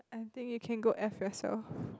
I think you can go F yourself